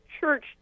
church